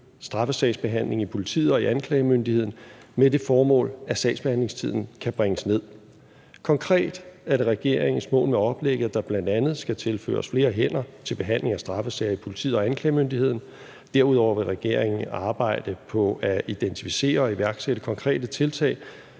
straffesagsbehandlingen i politiet og i anklagemyndigheden med det formål, at sagsbehandlingstiden kan bringes ned. Konkret er det regeringens mål med oplægget, at der bl.a. skal tilføres flere hænder til behandlingen af straffesager i politiet og anklagemyndigheden. Derudover vil regeringen arbejde på at identificere og iværksætte konkrete tiltag,